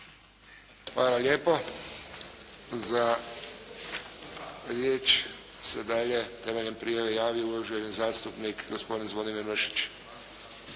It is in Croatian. Hvala lijepo. Za riječ se dalje temeljem prijave javio uvaženi zastupnik gospodin Zvonimir Mršić.